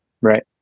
right